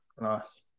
Nice